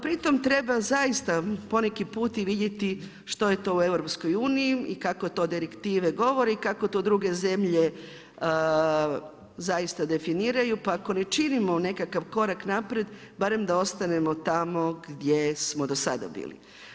Pri tom treba zaista po neki put vidjeti što je to u Europskoj uniji i kako to direktive govore i kako to druge zemlje zaista definiraju, pa ako ne činimo nekakav korak naprijed barem da ostanemo tamo gdje smo do sada bili.